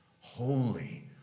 Holy